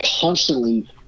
Constantly